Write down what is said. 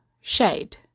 shade